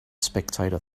spectator